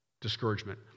Discouragement